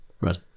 Right